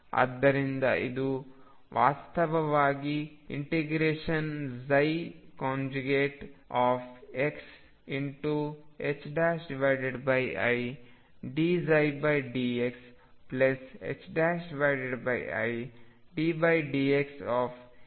ಆದ್ದರಿಂದ ಇದು ವಾಸ್ತವವಾಗಿ ∫xidψdxiddxxψdx ಆಗುತ್ತದೆ